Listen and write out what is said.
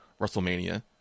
WrestleMania